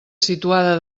situada